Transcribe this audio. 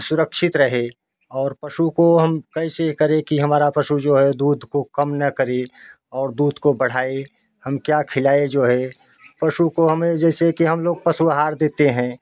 सुरक्षित रहे और पशु को हम कैसे करें कि हमारा पशु जो है दूध को कम ना करे और दूध को बढ़ाए हम क्या खिलाए जो है पशु को हमें जैसे कि हम लोग पशु अहार देते हैं